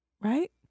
right